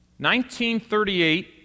1938